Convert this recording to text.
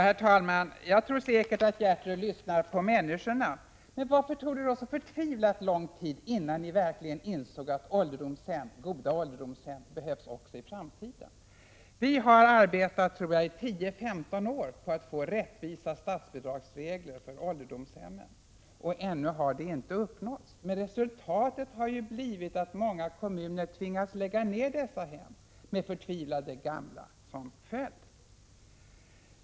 Herr talman! Jag tror säkert att Gertrud Sigurdsen lyssnar på människorna, men varför tog det då så oerhört lång tid, innan ni verkligen insåg att goda ålderdomshem behövs också i framtiden? Jag tror att vi har arbetat i 10—15 år på att få rättvisa statsbidragsregler för ålderdomshemmen. Ännu har detta inte uppnåtts. Resultatet har ju blivit att många kommuner har tvingats att lägga ned ålderdomshem med förtvivlade gamla som följd.